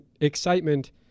excitement